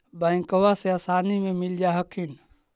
बैंकबा से आसानी मे मिल जा हखिन?